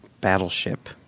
Battleship